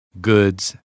goods